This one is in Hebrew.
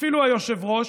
אפילו היושב-ראש,